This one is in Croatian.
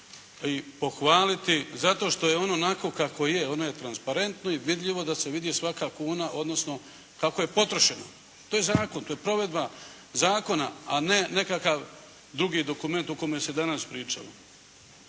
i pohvaliti zato što je ono onako kako je, ono je transparentno i vidljivo da se vidi svaka kuna, odnosno kako je potrošena. To je zakon. To je provedba zakona, a ne nekakav drugi dokument o kojem se danas pričalo.